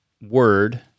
word